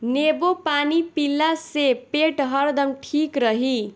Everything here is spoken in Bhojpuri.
नेबू पानी पियला से पेट हरदम ठीक रही